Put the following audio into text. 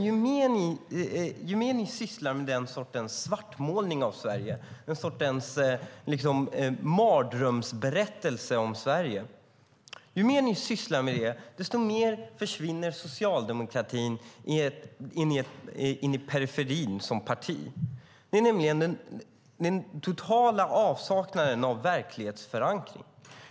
Ju mer ni sysslar med den sortens svartmålning av Sverige, den sortens mardrömsberättelse om Sverige, desto mer försvinner socialdemokratin ut i periferin som parti. Det är nämligen tecken på den totala avsaknaden av verklighetsförankring.